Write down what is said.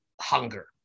hunger